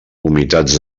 humitats